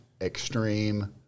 extreme